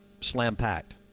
slam-packed